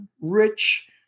rich